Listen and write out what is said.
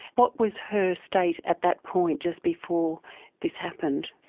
what was her state at that point, just before this happened?